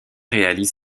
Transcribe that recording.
réalise